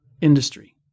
industry